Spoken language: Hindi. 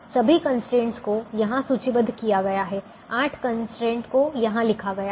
सभी कंस्ट्रेंट को यहां सूचीबद्ध किया गया है 8 कंस्ट्रेंट को यहां लिखा गया है